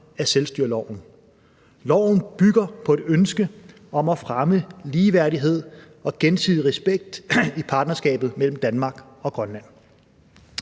af selvstyreloven. Loven bygger på et ønske om at fremme ligeværdighed og gensidig respekt i partnerskabet mellem Danmark og Grønland.